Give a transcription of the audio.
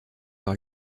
leur